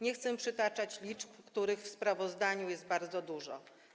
Nie chcę przytaczać liczb, których w sprawozdaniu jest bardzo dużo.